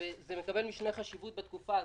והוא מקבל משנה חשיבות בתקופה הזאת.